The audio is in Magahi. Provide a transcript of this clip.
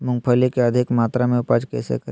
मूंगफली के अधिक मात्रा मे उपज कैसे करें?